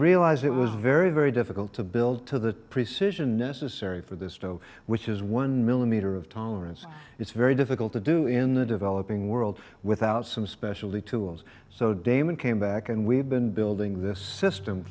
realized it was very very difficult to build to the precision necessary for this dough which is one millimeter of tolerance it's very difficult to do in the developing world without some specialty tools so damon came back and we've been building this system